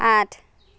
আঠ